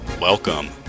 Welcome